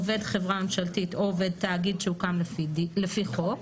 עובד חברה ממשלתית או עובד תאגיד שהוקם לפי חוק.